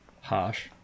Harsh